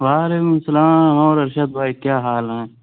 وعلیکم السلام اور ارشد بھائی کیا حال ہیں